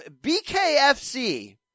BKFC